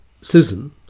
Susan